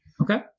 Okay